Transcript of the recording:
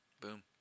Boom